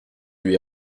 lui